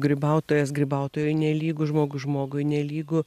grybautojas grybautojui nelygu žmogus žmogui nelygu